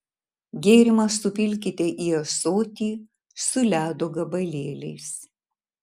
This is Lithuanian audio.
gėrimą supilkite į ąsotį su ledo gabalėliais